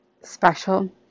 special